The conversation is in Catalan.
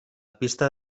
pista